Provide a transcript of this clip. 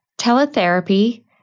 teletherapy